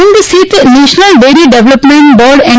આણંદ સ્થિત National Dairy Development Board N